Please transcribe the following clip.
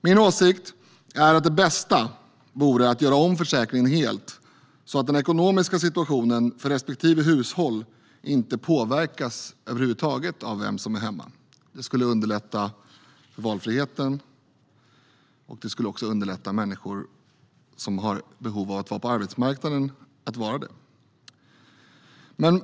Min åsikt är att det bästa vore att göra om försäkringen helt så att den ekonomiska situationen för respektive hushåll inte påverkas över huvud taget av vem som är hemma. Det skulle underlätta för valfriheten och också för människor som har behov av att vara på arbetsmarknaden att vara det.